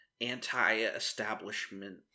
anti-establishment